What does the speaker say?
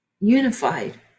unified